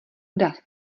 dav